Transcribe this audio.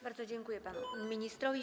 Bardzo dziękuję panu ministrowi.